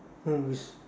hmm is